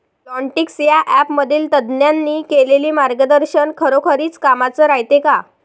Plantix या ॲपमधील तज्ज्ञांनी केलेली मार्गदर्शन खरोखरीच कामाचं रायते का?